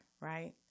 right